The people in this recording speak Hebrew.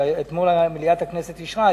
שאתמול מליאת הכנסת אישרה,